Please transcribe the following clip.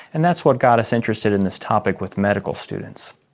and that's what got us interested in this topic with medical students.